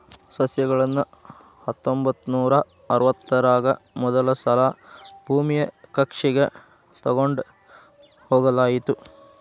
ಸಸ್ಯಗಳನ್ನ ಹತ್ತೊಂಬತ್ತನೂರಾ ಅರವತ್ತರಾಗ ಮೊದಲಸಲಾ ಭೂಮಿಯ ಕಕ್ಷೆಗ ತೊಗೊಂಡ್ ಹೋಗಲಾಯಿತು